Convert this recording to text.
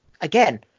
Again